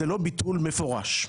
זה לא ביטול מפורש,